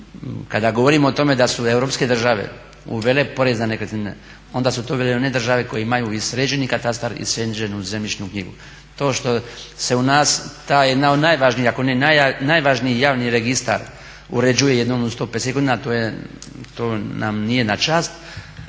Kada govorimo o tome da su europske države uvele porez na nekretnine onda su to bile one države koje imaju i sređeni katastar i sređenu zemljišnu knjigu. To što se u nas taj jedan od najvažnijih, a ako ne najvažniji javni registar uređuje jednom u 150 godina to nam nije na čast.